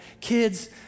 kids